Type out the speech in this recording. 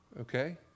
Okay